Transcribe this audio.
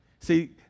See